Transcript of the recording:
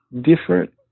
different